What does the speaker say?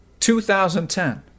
2010